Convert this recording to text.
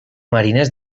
marines